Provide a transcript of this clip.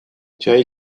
جایی